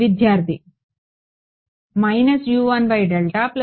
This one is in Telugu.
విద్యార్థి మైనస్